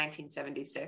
1976